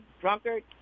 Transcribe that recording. drunkard